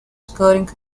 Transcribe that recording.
scoring